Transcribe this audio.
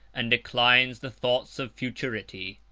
and declines the thoughts of futurity.